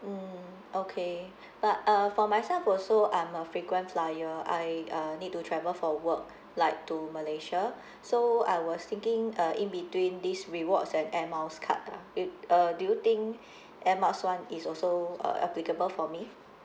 mmhmm okay but uh for myself also I'm a frequent flyer I uh need to travel for work like to malaysia so I was thinking uh in between these rewards and air miles card ah wi~ uh do you think air miles [one] is also uh applicable for me